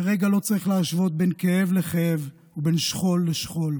לרגע לא צריך להשוות בין כאב לכאב ובין שכול לשכול,